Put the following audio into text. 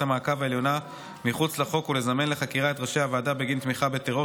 המעקב העליונה מחוץ לחוק ולזמן לחקירה את ראשי הוועדה בגין תמיכה בטרור,